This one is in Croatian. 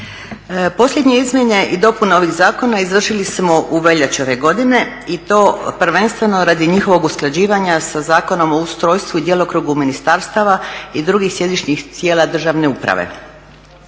Posljednje izmjene i dopune ovih zakona izvršili smo u veljači ove godine i to prvenstveno radi njihovog usklađivanja sa Zakonom o ustrojstvu i djelokrugu ministarstava i drugih središnjih tijela državne uprave.